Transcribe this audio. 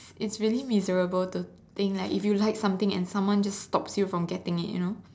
it's really miserable to think like if you like something and someone just stops you from getting it you know